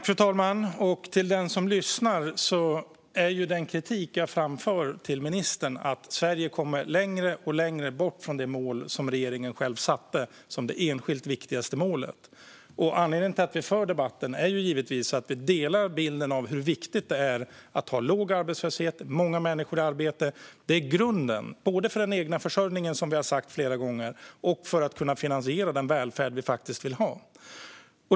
Fru talman! Den kritik jag framför till ministern är att Sverige kommer längre och längre bort från det mål som regeringen själv satte upp som det enskilt viktigaste. Anledningen till att vi för debatten är givetvis att vi delar bilden av hur viktigt det är att ha låg arbetslöshet och många människor i arbete. Det är grunden, både för den egna försörjningen, som vi har sagt flera gånger, och för att kunna finansiera den välfärd vi vill ha.